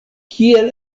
kiel